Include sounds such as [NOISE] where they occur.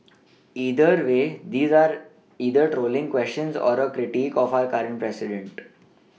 [NOISE] either way these are either trolling questions or a critique of our current president